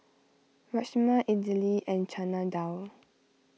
Rajma Idili and Chana Dal